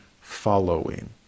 following